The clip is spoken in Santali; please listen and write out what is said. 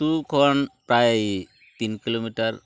ᱟᱹᱛᱩ ᱠᱷᱚᱱ ᱯᱨᱟᱭ ᱛᱤᱱ ᱠᱤᱞᱳᱢᱤᱴᱟᱨ